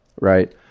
right